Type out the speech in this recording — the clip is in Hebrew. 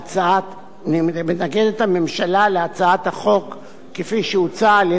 הממשלה להצעת החוק כפי שהוצעה על-ידי חבר הכנסת כץ.